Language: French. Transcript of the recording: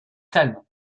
calme